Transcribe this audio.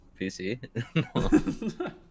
PC